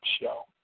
show